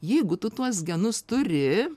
jeigu tu tuos genus turi